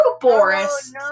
Boris